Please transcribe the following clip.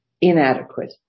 inadequate